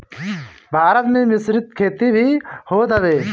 भारत में मिश्रित खेती भी होत हवे